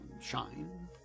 shine